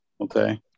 okay